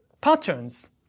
Patterns